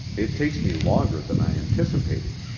it takes me longer than i anticipated.